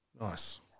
Nice